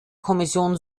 kommission